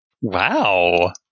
Wow